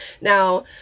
Now